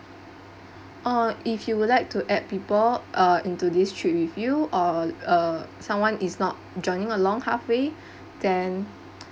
uh if you would like to add people uh into this trip with you or uh someone is not joining along halfway then